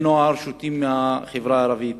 שותים פי-שניים מבני נוער בחברה הערבית.